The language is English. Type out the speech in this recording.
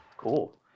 cool